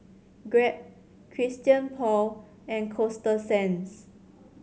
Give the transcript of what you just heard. Grab Christian Paul and Coasta Sands